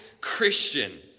Christian